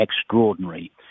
extraordinary